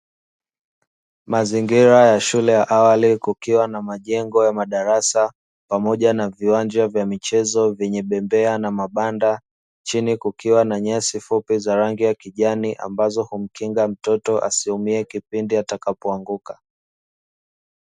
Mazingira ya shule ya awali kukiwa na majengo ya madarasa pamoja na viwanja vya michezo vyenye bembea na mabanda, chini kukiwa na nyasi fupi za rangi ya kijani ambazo humkinga mtoto asiumie kipindi atakapoanguka.